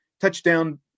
touchdown